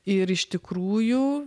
ir iš tikrųjų